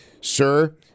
sir